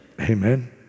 Amen